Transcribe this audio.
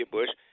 Bush